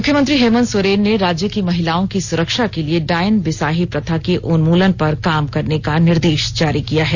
मुख्यमंत्री हेमंत सोरेन ने राज्य की महिलाओं की सुरक्षा के लिए डायन बिसाही प्रथा के उन्मूलन पर काम करने का निर्देश जारी किया है